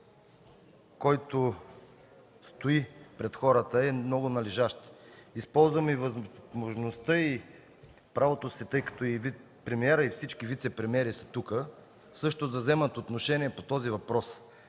който стои пред хората, е много належащ. Използвам възможността и правото си, тъй като и премиерът, и всички вицепремиери са тук също да вземат отношение по този въпрос.